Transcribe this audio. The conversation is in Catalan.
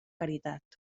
caritat